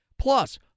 Plus